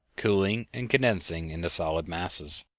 cooling and condensing into solid masses.